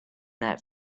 that